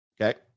Okay